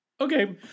Okay